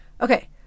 Okay